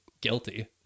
guilty